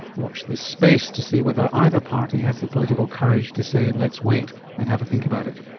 watch this space to see whether either party has the political courage to say let's wait and have a think about it.